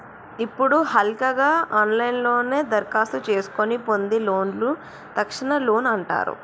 ఇప్పుడు హల్కగా ఆన్లైన్లోనే దరఖాస్తు చేసుకొని పొందే లోన్లను తక్షణ లోన్ అంటారు